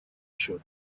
счет